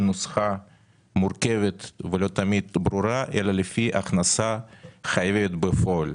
נוסחה מורכבת ולא תמיד ברורה אלא לפי הכנסה חייבת בפועל.